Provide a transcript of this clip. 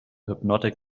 hypnotic